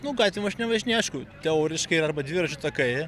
nu gatvėm aš nevažinėju aišku teoriškai yra arba dviračių takai